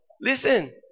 Listen